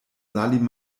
salim